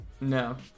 No